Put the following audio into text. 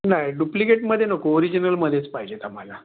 नाही डुप्लिकेटमध्ये नको ओरिजिनलमध्येच पाहिजेत आम्हाला